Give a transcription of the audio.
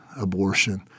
abortion